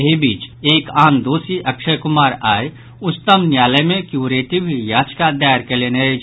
एहि बिच एक आन दोषी अक्षय कुमार आई उच्चतम न्यायालय मे क्युरेटिव याचिका दायर कयलनि अछि